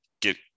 get